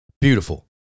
beautiful